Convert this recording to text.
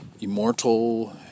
immortal